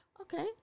okay